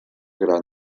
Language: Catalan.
gran